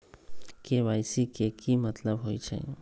KYC के कि मतलब होइछइ?